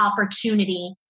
opportunity